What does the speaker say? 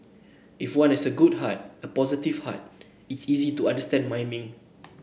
if one has a good heart a positive heart it's easy to understand miming